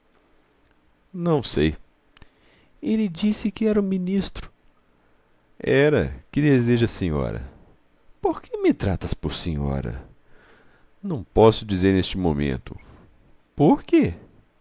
não sei ele disse que era o ministro era que deseja a senhora por que me tratas por senhora não posso dizer neste momento por quê